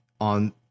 on